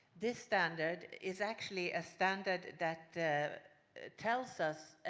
this standard is actually a standard that tells us,